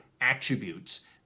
attributes